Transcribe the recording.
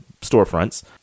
storefronts